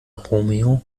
romeo